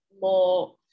more